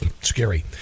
scary